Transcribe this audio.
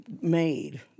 made